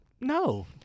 No